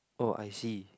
oh I see